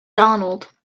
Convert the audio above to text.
donald